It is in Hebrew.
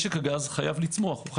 משק הגז חייב לצמוח.